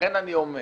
לכן אני אומר